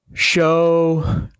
Show